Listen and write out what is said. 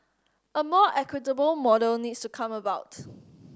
a more equitable model needs to come about